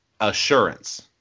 assurance